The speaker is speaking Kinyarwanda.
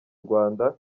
rwanda